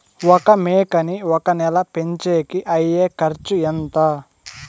ఒక మేకని ఒక నెల పెంచేకి అయ్యే ఖర్చు ఎంత?